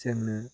जोंनो